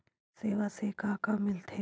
सेवा से का का मिलथे?